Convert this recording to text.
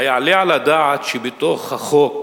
היעלה על הדעת שבתוך החוק